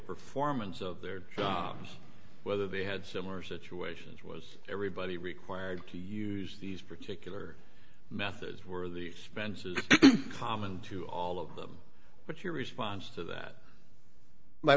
performance of their jobs whether they had similar situations was everybody required to use these particular methods were these events is common to all of them but your response to that my